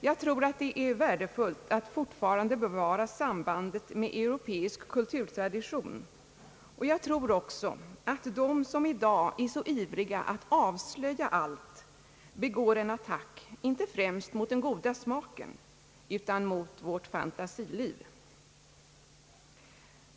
Jag tror att det är värdefullt att fortfarande bevara sambandet med europeisk kulturtradition, och jag tror också att de som i dag är så ivriga att avslöja allt begår en attack inte främst mot den goda smaken utan mot vårt fantasiliv.